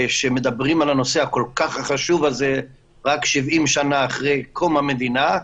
שמדברים על הנושא הכול כך חשוב הזה רק שבעים שנה אחרי קום המדינה.